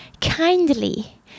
kindly